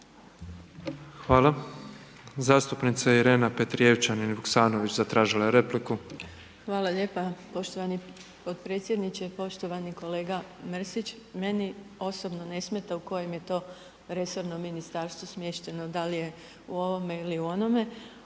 je repliku. **Petrijevčanin Vuksanović, Irena (HDZ)** Hvala lijepo poštovani potpredsjedniče, poštovani kolega Mrsić, meni osobno ne smeta u kojem je to resornu ministarstvu smješteno, da li je u onome ili onome.